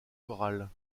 chorales